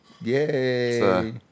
Yay